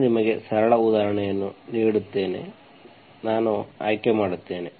ನಾನು ನಿಮಗೆ ಸರಳ ಉದಾಹರಣೆಯನ್ನು ನೀಡುತ್ತೇನೆ ನಾನು ಆಯ್ಕೆ ಮಾಡುತ್ತೇನೆ